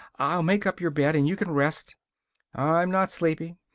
i'll make up your bed and you can rest i'm not sleepy.